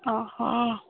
ହଁ ହଁ